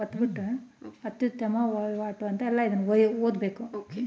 ಅತ್ಯುತ್ತಮ ವಹಿವಾಟುಗಳು ಸಾಮಾನ್ಯವಾಗಿ ಎರಡು ವರ್ಗಗಳುಆಗಿರುತ್ತೆ ಠೇವಣಿ ಮತ್ತು ಹಿಂಪಡೆಯುವಿಕೆ ಎನ್ನಬಹುದು